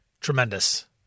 Tremendous